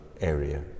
area